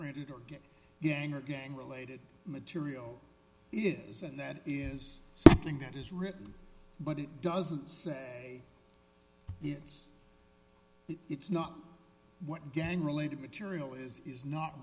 it or get yang or gang related material it isn't that is something that is written but it doesn't say it's it's not what gang related material is is not